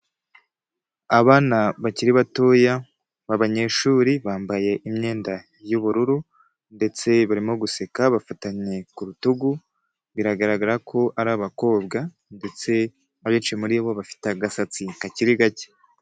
Abana bakiri batoya babanyeshuri bambaye imyenda y'ubururu ndetse barimo guseka bafatanye ku rutugu, biragaragara ko ari abakobwa ndetse abenshi muri bo bafite agasatsi kakiri gake.